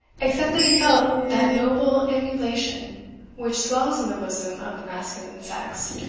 except that he felt that noble emulation which swells in the bosom of the masculine sex,